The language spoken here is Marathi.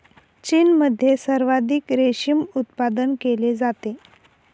चीनमध्ये सर्वाधिक रेशीम उत्पादन केले जाते